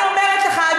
אני אומרת לך,